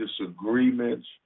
disagreements